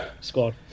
squad